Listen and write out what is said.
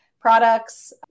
products